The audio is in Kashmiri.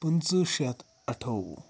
پٕنٛژٕ شَتھ اَٹھووُہ